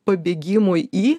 pabėgimui į